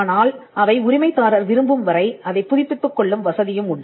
ஆனால் அவை உரிமைதாரர் விரும்பும் வரை அதை புதுப்பித்துக் கொள்ளும் வசதியும் உண்டு